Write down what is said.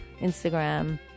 Instagram